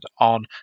on